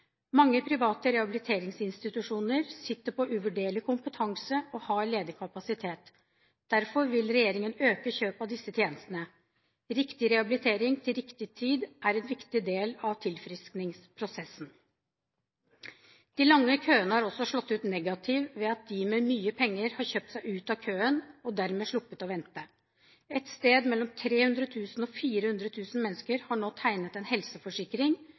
Mange private rehabiliteringsinstitusjoner sitter på uvurderlig kompetanse og har ledig kapasitet. Derfor vil regjeringen øke kjøp av disse tjenestene. Riktig rehabilitering til riktig tid er en viktig del av tilfriskningsprosessen. De lange køene har også slått ut negativt ved at de med mye penger har kjøpt seg ut av køen og dermed sluppet å vente. Et sted mellom 300 000 og 400 000 mennesker har nå tegnet en helseforsikring,